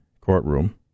courtroom